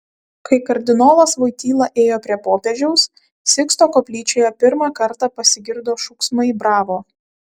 kai kardinolas voityla ėjo prie popiežiaus siksto koplyčioje pirmą kartą pasigirdo šūksmai bravo